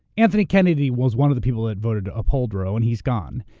anthony kennedy was one of the people that voted to uphold roe and he's gone,